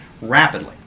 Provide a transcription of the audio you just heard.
rapidly